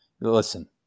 Listen